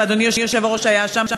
ואדוני היושב-ראש היה שם,